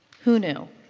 who knew?